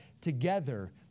together